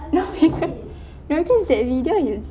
no because you notice that video his